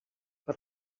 per